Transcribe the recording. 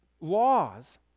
laws